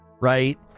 right